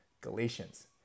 Galatians